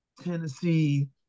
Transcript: Tennessee